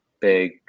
big